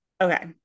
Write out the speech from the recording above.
okay